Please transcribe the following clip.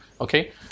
Okay